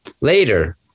later